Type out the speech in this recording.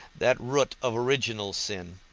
that root of original sin.